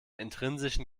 intrinsischen